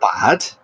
bad